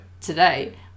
today